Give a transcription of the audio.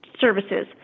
services